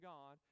God